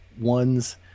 one's